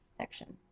section